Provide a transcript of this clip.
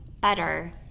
better